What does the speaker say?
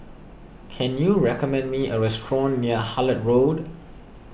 can you recommend me a restaurant near Hullet Road